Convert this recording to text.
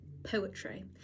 poetry